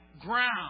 ground